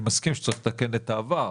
אני מסכים שצריך לתקן את העבר,